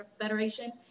Federation